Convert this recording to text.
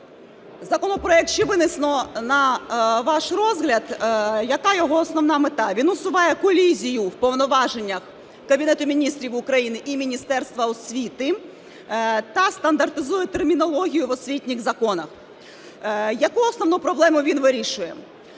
Законопроект, що винесено на ваш розгляд, яка його основна мета? Він усуває колізію в повноваженнях Кабінету Міністрів України і Міністерства освіти та стандартизує термінологію в освітніх законах. Яку основну проблему він вирішує?